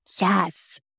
Yes